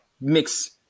mix